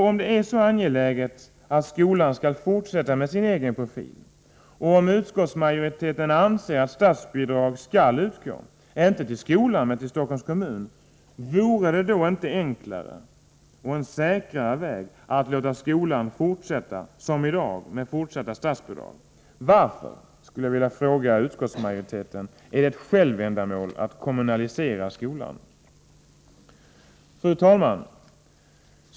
Om det är så angeläget att skolan skall fortsätta med sin egen profil, och om utskottsmajoriteten anser att statsbidrag skall utgå — inte till skolan men till Stockholms kommun — vore det då inte en enklare och säkrare väg att låta skolan fortsätta som i dag med fortsatta statsbidrag? Varför, skulle jag vilja fråga utskottsmajoriteten, är det ett självändamål att kommunalisera skolan? Fru talman!